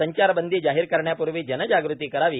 संचारबंदी जाहीर करण्यापूर्वी जनजागृती करावी